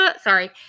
Sorry